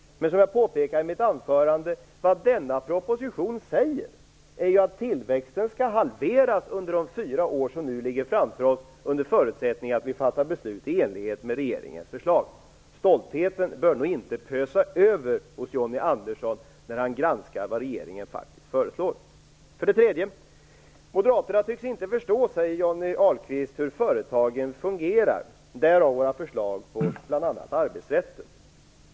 Men vad man i denna proposition säger är, som jag påpekade i mitt anförande, att tillväxten skall halveras under de fyra år som nu ligger framför oss, under förutsättning att riksdagen fattar beslut i enlighet med regeringens förslag. Stoltheten bör nog inte pösa över hos Johnny Ahlqvist när han granskar vad regeringen faktiskt föreslår. För det tredje tycks moderaterna inte förstå hur företagen fungerar, säger Johnny Ahlqvist, därav våra förslag om bl.a. arbetsrätten.